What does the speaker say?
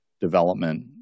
development